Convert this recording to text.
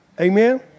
Amen